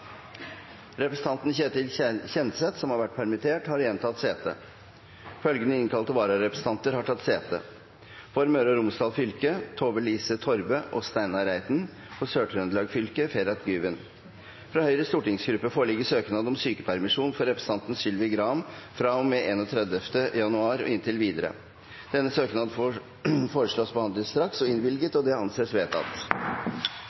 Representanten Ketil Kjenseth , som har vært permittert, har igjen tatt sete. Følgende innkalte vararepresentanter har tatt sete: For Møre og Romsdal fylke: Tove-Lise Torve og Steinar Reiten For Sør-Trøndelag fylke: Ferhat Güven Fra Høyres stortingsgruppe foreligger søknad om sykepermisjon for representanten Sylvi Graham fra og med 31. januar og inntil videre. Etter forslag fra presidenten ble enstemmig besluttet: Søknaden behandles straks og